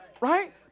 Right